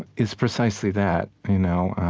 it's precisely that, you know